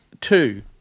two